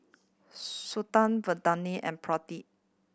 Santha Vandana and Pradip